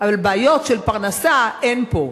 אבל בעיות של פרנסה אין פה,